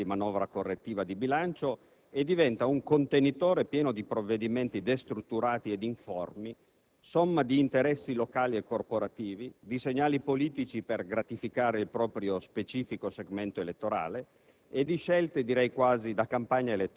che perde completamente la fisionomia di manovra correttiva di bilancio e diventa un contenitore pieno di provvedimenti destrutturati ed informi, somma di interessi locali e corporativi, di segnali politici per gratificare il proprio specifico segmento elettorale